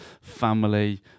family